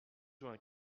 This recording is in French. juin